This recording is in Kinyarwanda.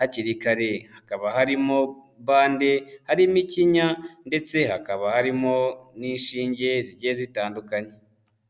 hakiri kare, hakaba harimo bande, harimo ikinya, ndetse hakaba harimo n'inshinge zigiye zitandukanye.